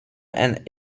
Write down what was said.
and